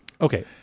Okay